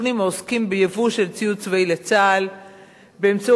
סוכנים העוסקים בייבוא של ציוד צבאי לצה"ל באמצעות